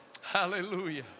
Hallelujah